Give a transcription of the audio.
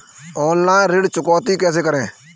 Online ऋण चुकौती कैसे करें?